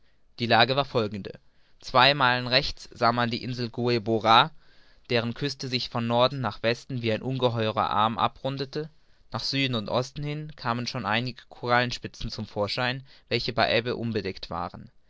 die lage war folgende zwei meilen rechts sah man die insel gueboroar deren küste sich von norden nach westen wie ein ungeheurer arm abrundete nach süden und osten hin kamen schon einige korallenspitzen zum vorschein welche bei der ebbe unbedeckt waren